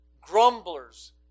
Grumblers